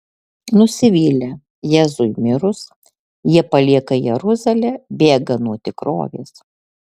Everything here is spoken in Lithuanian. nusivylę jėzui mirus jie palieka jeruzalę bėga nuo tikrovės